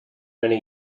many